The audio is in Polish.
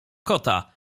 kota